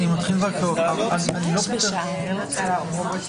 אני מתכבד לפתוח את הישיבה.